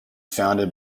founded